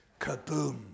Kaboom